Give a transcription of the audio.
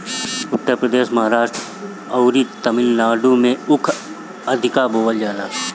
उत्तर प्रदेश, महाराष्ट्र अउरी तमिलनाडु में ऊख अधिका बोअल जाला